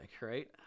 right